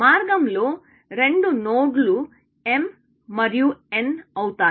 మార్గంలో రెండు నోడ్లు m మరియు n అవుతాయి